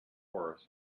porous